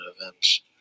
events